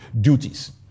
duties